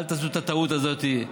אל תעשו את הטעות הזאת.